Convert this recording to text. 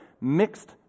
mixed